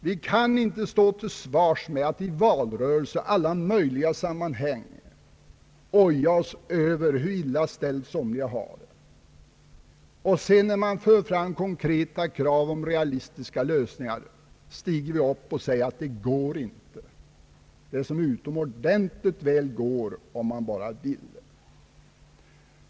Vi kan inte stå till svars med att i valrörelser och i alla möjliga sammanhang oja oss över hur illa ställt somliga har det och sedan, när det förs fram konkreta förslag om realistiska lösningar, stiga upp och säga att det inte går — det som utomordentligt väl går om man bara vill.